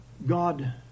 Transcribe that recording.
god